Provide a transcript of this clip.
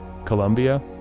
Colombia